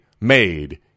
made